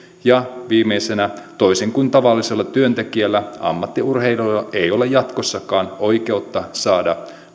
ja viimeisenä toisin kuin tavallisilla työntekijöillä ammattiurheilijoilla ei ole jatkossakaan oikeutta saada